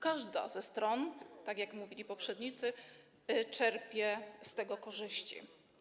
Każda ze stron, tak jak mówili poprzednicy, czerpie z tego korzyści.